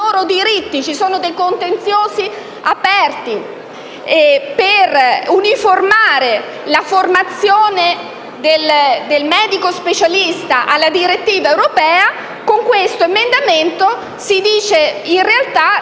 ci sono contenziosi aperti per uniformare la formazione del medico specialista alle direttive europee. Con questo emendamento si dice in realtà di